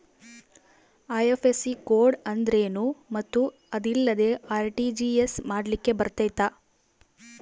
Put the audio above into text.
IFSC code ಅಂದ್ರೇನು ಮತ್ತು ಅದಿಲ್ಲದೆ ಆರ್.ಟಿ.ಜಿ.ಎಸ್ ಮಾಡ್ಲಿಕ್ಕೆ ಬರ್ತೈತಾ?